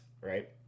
right